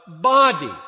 body